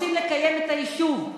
רוצים לקיים את היישוב,